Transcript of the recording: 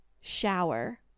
shower